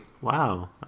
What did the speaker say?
Wow